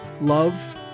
love